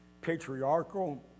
patriarchal